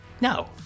No